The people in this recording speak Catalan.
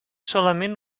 solament